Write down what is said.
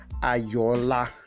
ayola